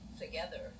together